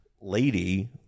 lady